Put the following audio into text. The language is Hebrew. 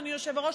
אדוני היושב-ראש,